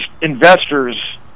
investors